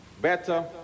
better